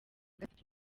gatatu